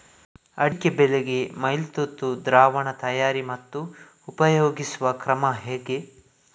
ಅಡಿಕೆ ಬೆಳೆಗೆ ಮೈಲುತುತ್ತು ದ್ರಾವಣ ತಯಾರಿ ಮತ್ತು ಉಪಯೋಗಿಸುವ ಕ್ರಮ ಹೇಗೆ?